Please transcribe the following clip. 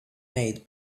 made